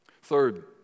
Third